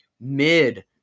mid